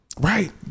right